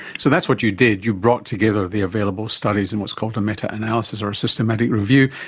so that's what you did, you brought together the available studies in what's called a meta-analysis or a systematic review.